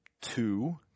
two